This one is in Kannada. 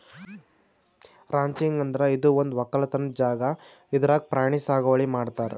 ರಾಂಚಿಂಗ್ ಅಂದ್ರ ಇದು ಒಂದ್ ವಕ್ಕಲತನ್ ಜಾಗಾ ಇದ್ರಾಗ್ ಪ್ರಾಣಿ ಸಾಗುವಳಿ ಮಾಡ್ತಾರ್